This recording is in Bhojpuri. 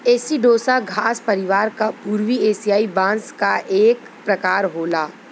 एसिडोसा घास परिवार क पूर्वी एसियाई बांस क एक प्रकार होला